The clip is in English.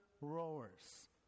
rowers